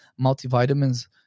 multivitamins